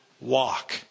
Walk